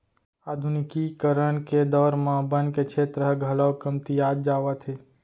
आधुनिकीकरन के दौर म बन के छेत्र ह घलौ कमतियात जावत हे